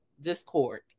discord